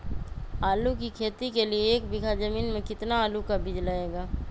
आलू की खेती के लिए एक बीघा जमीन में कितना आलू का बीज लगेगा?